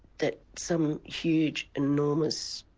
that some huge, enormous,